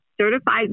Certified